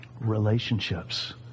Relationships